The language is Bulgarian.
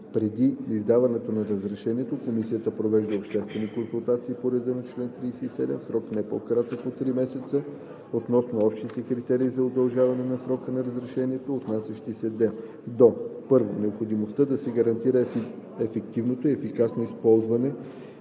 преди издаването на разрешението комисията провежда обществени консултации по реда на чл. 37 в срок, не по кратък от 3 месеца, относно общите критерии за удължаване на срока на разрешението, отнасящи се до: 1. необходимостта да се гарантира ефективно и ефикасно използване